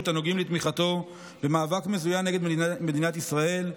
הנוגעים לתמיכתו במאבק מזוין נגד מדינת ישראל.